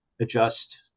adjust